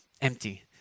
empty